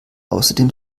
außerdem